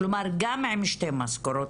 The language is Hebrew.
כלומר גם עם שני משכורות,